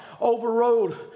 overrode